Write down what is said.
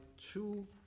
two